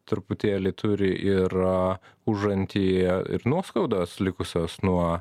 truputėlį turi ir užantyje ir nuoskaudos likusios nuo